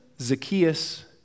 Zacchaeus